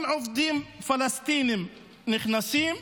אם עובדים פלסטינים נכנסים,